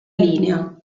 linea